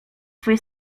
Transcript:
twej